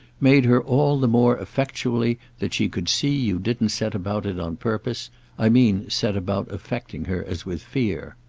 made her all the more effectually that she could see you didn't set about it on purpose i mean set about affecting her as with fear.